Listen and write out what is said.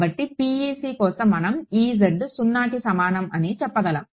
కాబట్టి PEC కోసం మనం 0కి సమానం అని చెప్పగలం